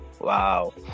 Wow